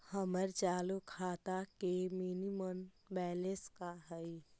हमर चालू खाता के मिनिमम बैलेंस का हई?